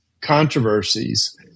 controversies